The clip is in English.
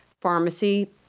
pharmacy